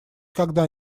когда